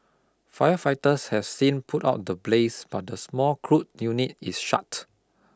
firefighters have since put out the blaze but the small crude unit is shut